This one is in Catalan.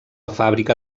fàbrica